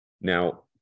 Now